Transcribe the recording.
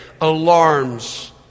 Alarms